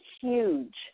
huge